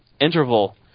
interval